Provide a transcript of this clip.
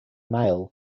mail